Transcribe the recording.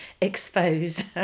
expose